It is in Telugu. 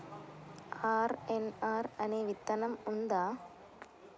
ఆర్.ఎన్.ఆర్ అనే విత్తనం ఉందా?